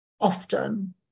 often